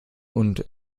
und